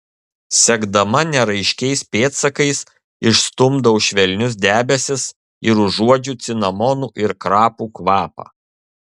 sekdama neraiškiais pėdsakais išstumdau švelnius debesis ir užuodžiu cinamonų ir krapų kvapą